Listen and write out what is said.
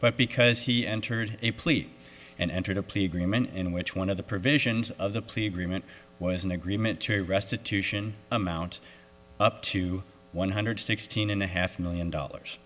but because he entered a plea and entered a plea agreement in which one of the provisions of the plea agreement was an agreement to restitution amount up to one hundred sixteen and a half million dollars